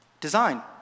design